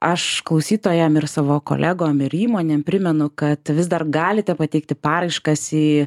aš klausytojam ir savo kolegom ir įmonėm primenu kad vis dar galite pateikti paraiškas į